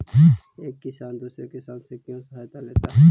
एक किसान दूसरे किसान से क्यों सहायता लेता है?